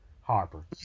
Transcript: Harper